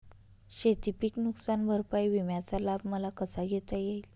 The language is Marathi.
शेतीपीक नुकसान भरपाई विम्याचा लाभ मला कसा घेता येईल?